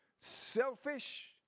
selfish